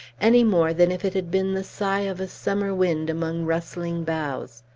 any more than if it had been the sigh of a summer wind among rustling boughs.